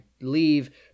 leave